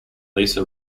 lisa